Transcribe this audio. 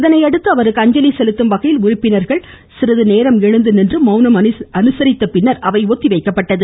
இதனையடுத்து அவருக்கு அஞ்சலி செலுத்தும் வகையில் உறுப்பினர்கள் சிறிது நேரம் மவுனம் அனுசரித்த பின்னர் அவை ஒத்திவைக்கப்பட்டது